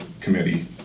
committee